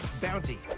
Bounty